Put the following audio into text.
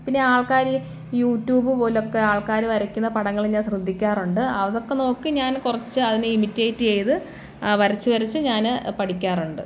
പിന്നെ ആൾക്കാർ യൂട്യൂബ് പോലെയൊക്കെ ആൾക്കാർ വരയ്ക്കുന്ന പടങ്ങൾ ഞാൻ ശ്രദ്ധിക്കാറുണ്ട് അതൊക്കെ നോക്കി ഞാൻ കുറച്ച് അതിനെ ഇമിറ്റേറ്റ് ചെയ്ത് വരച്ച് വരച്ച് ഞാൻ പഠിക്കാറുണ്ട്